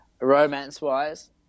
romance-wise